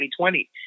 2020